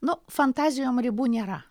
nu fantazijom ribų nėra